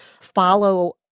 follow